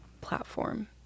platform